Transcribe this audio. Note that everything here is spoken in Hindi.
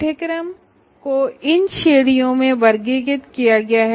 कोर्सेज को इन श्रेणियों में वर्गीकृत किया गया है